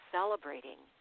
Celebrating